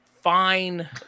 fine